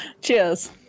Cheers